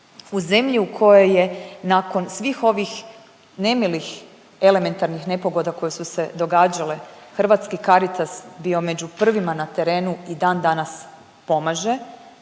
u zemlji u kojoj je nakon svih ovih nemilih elementarnih nepogoda koje su se događale, hrvatski Caritas bio među prvima na terenu i dan danas pomaže,